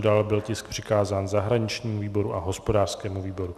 Dále byl tisk přikázán zahraničnímu výboru a hospodářskému výboru.